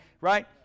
Right